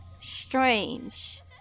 strange